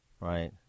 Right